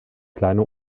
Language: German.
kleine